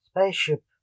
spaceship